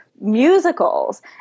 musicals